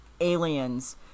aliens